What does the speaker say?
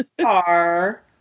car